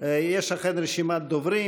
אכן,